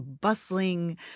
bustling